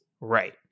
Right